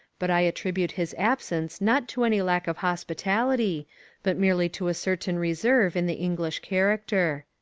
but i attribute his absence not to any lack of hospitality but merely to a certain reserve in the english character.